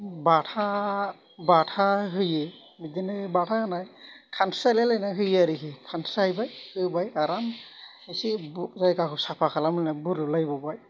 बाथा बाथा होयो बिदिनो बाथा होनाय खानस्रि हायलायलायना होयो आरोखि खानस्रि हायबाय होबाय आराम एसे जायगाखौ साफा खालामहैना बुरुलुलायबावगोन